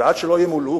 ועד שלא ימולאו,